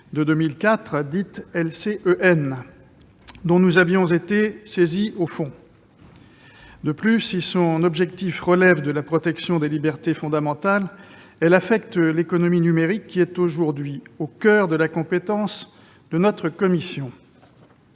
de 2004, dite LCEN, dont nous avions été saisis au fond. Même si son objectif relève de la protection des libertés fondamentales, elle affecte donc un secteur qui est aujourd'hui au coeur de la compétence de la commission.